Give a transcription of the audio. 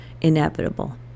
inevitable